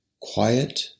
quiet